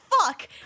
fuck